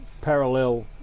parallel